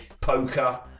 poker